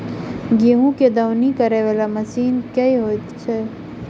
गेंहूँ केँ दौनी करै वला मशीन केँ होइत अछि?